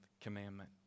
commandment